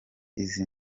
izi